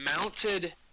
mounted